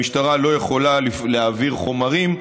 המשטרה לא יכולה להעביר חומרים,